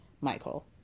Michael